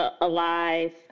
alive